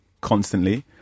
constantly